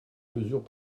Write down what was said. mesures